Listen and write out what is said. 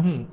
તેથી અહીં